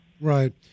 Right